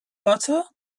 butter